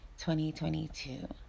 2022